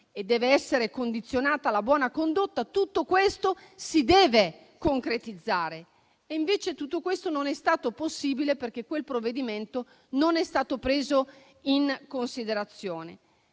in carcere, condizionata alla buona condotta, si concretizzi. E invece tutto questo non è stato possibile perché quel provvedimento non è stato preso in considerazione.